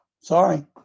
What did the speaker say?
Sorry